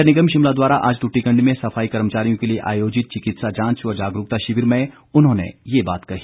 नगर निगम शिमला द्वारा आज टूटीकंडी में सफाई कर्मचारियों के लिए आयोजित चिकित्सा जांच व जागरूकता शिविर में उन्होंने ये बात कही